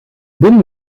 bomen